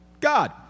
God